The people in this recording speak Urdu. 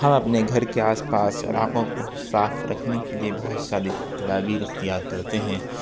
ہم اپنے گھر کے آس پاس علاقوں کو صاف رکھنے کے لیے بہت ساری تدابیر اختیار کرتے ہیں